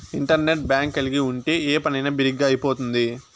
internet bank కలిగి ఉంటే ఏ పనైనా బిరిగ్గా అయిపోతుంది